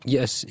Yes